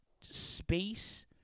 Space